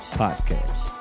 podcast